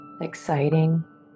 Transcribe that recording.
Exciting